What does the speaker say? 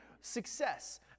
success